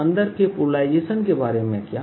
अंदर के पोलराइजेशन के बारे में क्या